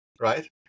right